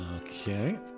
okay